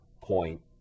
point